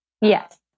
Yes